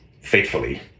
faithfully